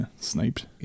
sniped